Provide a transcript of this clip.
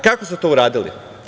Kako su to uradili?